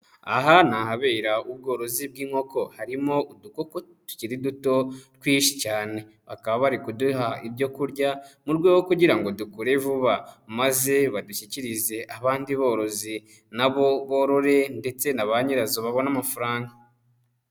Aha ni ahabera ubworozi bw'inkoko harimo udukoko tukiri duto twinshi cyane, bakaba bari kuduha ibyo kurya mu rwego kugira ngo dukorere vuba maze badushyikirize abandi borozi nabo borore ndetse na ba nyirazo babona amafaranga.